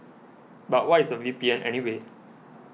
but what is a V P N anyway